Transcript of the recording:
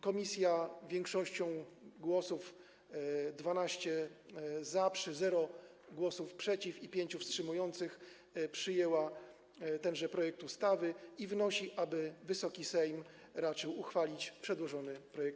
Komisja większością głosów - 12 za, przy braku głosów przeciw i 5 wstrzymujących - przyjęła tenże projekt ustawy i wnosi, aby Wysoki Sejm raczył uchwalić przedłożony projekt.